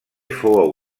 fou